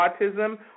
autism